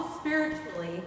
spiritually